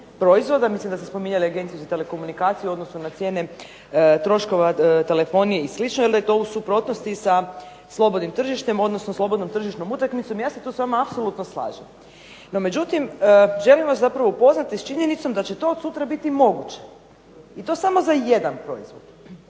proizvoda. Mislim da ste spominjali Agenciju za telekomunikaciju, odnosno na cijene troškova telefonije i slično, jer da je to u suprotnosti sa slobodnim tržištem, odnosno slobodnom tržišnom utakmicom. Ja se tu s vama apsolutno slažem. No međutim želim vas zapravo upoznati s činjenicom da će to od sutra biti moguće, i to samo za jedan proizvod.